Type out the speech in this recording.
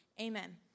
amen